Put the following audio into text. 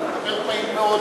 חבר הכנסת הורוביץ,